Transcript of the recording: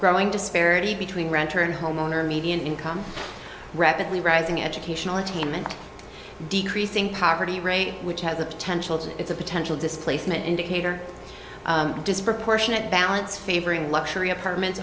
growing disparity between renter and homeowner median income rapidly rising educational attainment decreasing poverty rate which has the potential to it's a potential displacement indicator disproportionate balance favoring luxury apartment